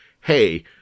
hey